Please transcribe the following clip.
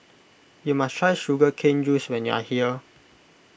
you must try Sugar Cane Juice when you are here